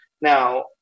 Now